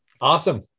Awesome